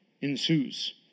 ensues